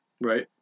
Right